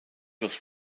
was